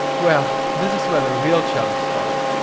well, this is where the real challenge started.